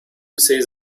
says